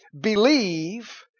believe